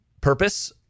purpose